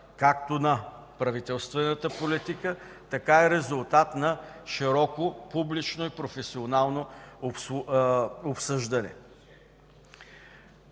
както на правителствената политика, така и на широко публично и професионално обсъждане.